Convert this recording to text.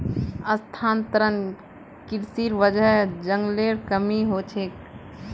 स्थानांतरण कृशिर वजह जंगलेर कमी ह छेक